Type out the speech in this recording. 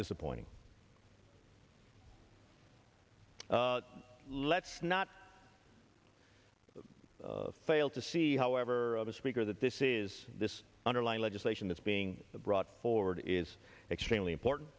disappointing let's not fail to see however of a speaker that this is this underlying legislation that's being brought forward is extremely important